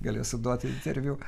galėsiu duoti interviu